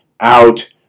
out